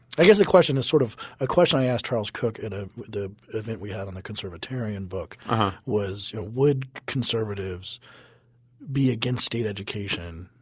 i guess the question is sort of a question i asked charles cooke in ah the event we had on the conservatarian book was, would conservatives be against state education